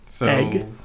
Egg